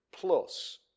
plus